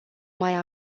mai